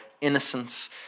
innocence